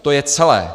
To je celé!